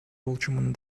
болчумун